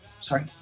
Sorry